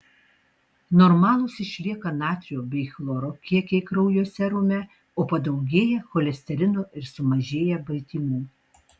normalūs išlieka natrio bei chloro kiekiai kraujo serume o padaugėja cholesterino ir sumažėja baltymų